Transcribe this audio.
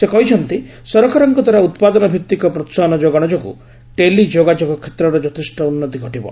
ସେ କହିଛନ୍ତି ସରକାରଙ୍କ ଦ୍ୱାରା ଉତ୍ପାଦନ ଭିତ୍ତିକ ପ୍ରୋହାହନ ଯୋଗାଣ ଯୋଗୁଁ ଟେଲି ଯୋଗାଯୋଗ କ୍ଷେତ୍ରର ଯଥେଷ୍ଟ ଉନ୍ନତି ଘଟିବ